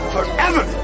Forever